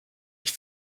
ich